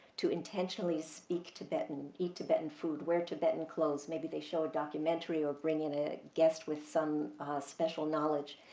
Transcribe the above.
to intentionally speak tibetan, eat tibetan food, wear tibetan clothes. maybe they show a documentary or bring in a guest with some special knowledge.